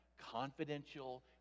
confidential